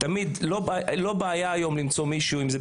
כיום לא בעיה למצוא מישהו שכן דובר את השפה,